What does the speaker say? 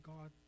God